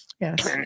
Yes